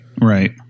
right